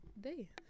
day